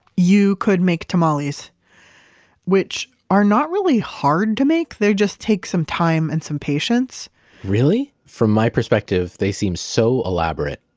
you could make tamales which are not really hard to make. they just take some time and some patience really? from my perspective, they seem so elaborate.